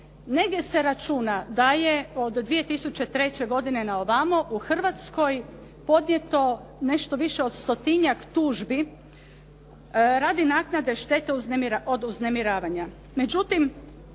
Negdje se računa da je od 2003. godine na ovamo u Hrvatskoj podnijeto nešto više od 100-tinjak tužbi radi naknade štete od uznemiravanja.